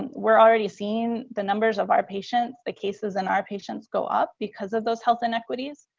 we're already seeing the numbers of our patients. the cases in our patients go up because of those health inequities,